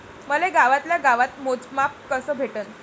मले गावातल्या गावात मोजमाप कस भेटन?